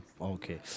Okay